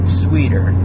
sweeter